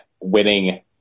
winning